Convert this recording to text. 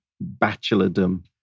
bachelordom